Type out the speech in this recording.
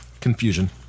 Confusion